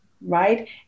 right